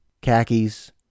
khakis